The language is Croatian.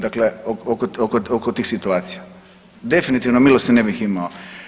Dakle oko tih situacija, definitivno milosti ne bih imao.